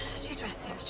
she's resting.